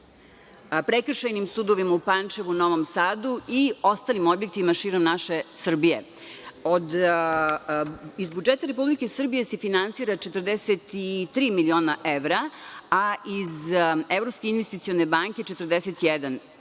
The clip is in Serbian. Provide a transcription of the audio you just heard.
prekršajnim sudovima u Pančevu, u Novom Sadu i ostalim objektima širom naše Srbije. Iz budžeta Republike Srbije se finansira 43 miliona evra, a iz Evropske investicione banke 41.